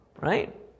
right